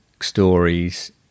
stories